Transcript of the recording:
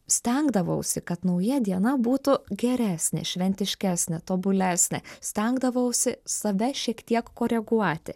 stengdavausi kad nauja diena būtų geresnė šventiškesnė tobulesnė stengdavausi save šiek tiek koreguoti